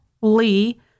Lee